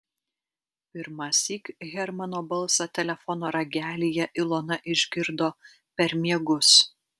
pirmąsyk hermano balsą telefono ragelyje ilona išgirdo per miegus